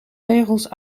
regels